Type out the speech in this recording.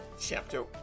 chapter